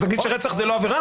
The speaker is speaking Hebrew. אז להגיד שרצח זה לא עבירה.